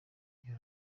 iyo